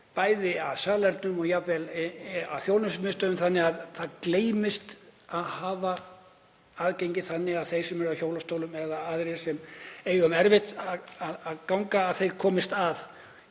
að salernum og jafnvel að þjónustumiðstöðvum. Það gleymist að hafa aðgengi þannig að þeir sem eru í hjólastólum eða aðrir sem eiga erfitt með að ganga komist að.